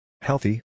Healthy